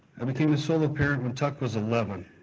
and became a solo parent when tuck was eleven